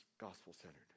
gospel-centered